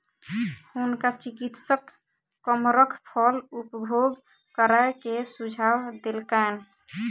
हुनका चिकित्सक कमरख फल उपभोग करै के सुझाव देलकैन